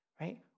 Right